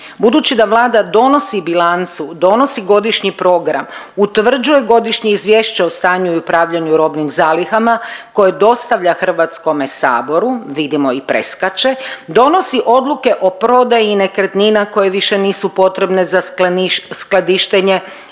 Budući da Vlada donosi bilancu, donosi godišnji program, utvrđuje Godišnje izvješće o stanju i upravljanju robnim zalihama koje dostavlja Hrvatskome saboru, vidimo i preskače, donosi odluke o prodaji nekretnina koje više nisu potrebne za skladištenje